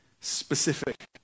specific